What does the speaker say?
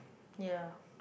ya